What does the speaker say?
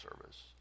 service